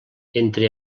entre